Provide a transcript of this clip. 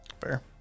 fair